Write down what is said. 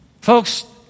Folks